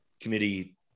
committee